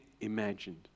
imagined